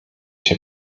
się